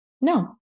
No